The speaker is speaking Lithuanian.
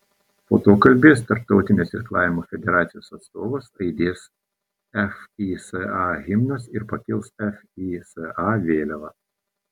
po to kalbės tarptautinės irklavimo federacijos atstovas aidės fisa himnas ir pakils fisa vėliava